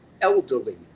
elderly